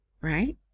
right